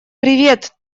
привет